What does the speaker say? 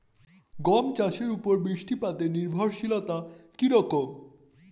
গম চাষের উপর বৃষ্টিপাতে নির্ভরশীলতা কী রকম?